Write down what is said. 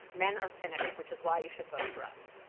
men are finished, which is why you should vote for us.